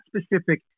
specific